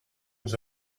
was